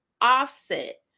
offset